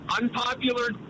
Unpopular